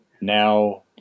now